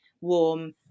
warm